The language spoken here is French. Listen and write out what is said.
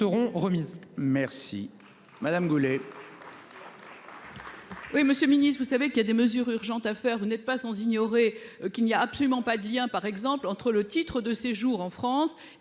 remises. Merci Madame Goulet. Oui monsieur Ministre vous savez qu'il y a des mesures urgentes à faire, vous n'êtes pas sans ignorer qu'il n'y a absolument pas de lien par exemple entre le titre de séjour en France et